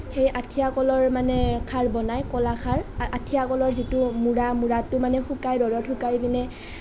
সেই আঠিয়া কলৰ মানে খাৰ বনায় কলখাৰ আঠিয়া কলৰ যিটো মূৰা মূৰাটো মানে শুকাই ৰ'দত শুকাই কিনে